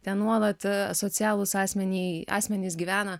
ten nuolat asocialūs asmeny asmenys gyvena